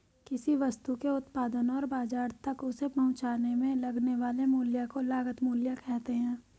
किसी वस्तु के उत्पादन और बाजार तक उसे पहुंचाने में लगने वाले मूल्य को लागत मूल्य कहते हैं